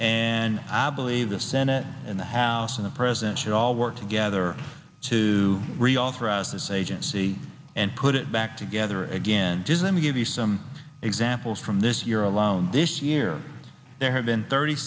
and i believe the senate and the house and the president should all work together to reauthorize the sagem c and put it back together again just let me give you some examples from this year alone this year there have been thirty